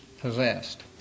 Possessed